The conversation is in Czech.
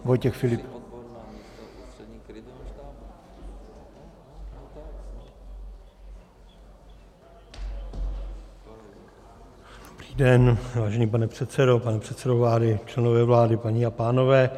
Dobrý den, vážený pane předsedo, pane předsedo vlády, členové vlády, paní a pánové.